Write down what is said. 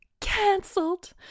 cancelled